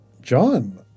John